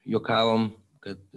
juokavom kad